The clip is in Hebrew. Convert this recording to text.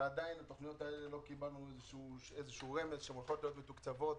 ועדיין לא קיבלנו איזה רמז שהתוכניות האלה הולכות להיות מתוקצבות.